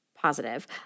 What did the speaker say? positive